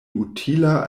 utila